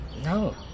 No